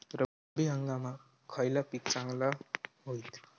रब्बी हंगामाक खयला पीक चांगला होईत?